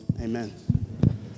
Amen